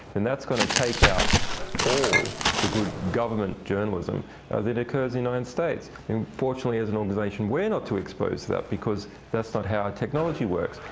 then that's going to take out all the good government journalism that occurs in the united states. and, fortunately, as an organization, we're not too exposed to that because that's not how our technology works.